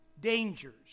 dangers